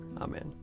Amen